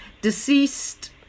deceased